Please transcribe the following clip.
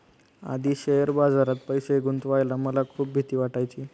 आधी शेअर बाजारात पैसे गुंतवायला मला खूप भीती वाटायची